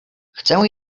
chcę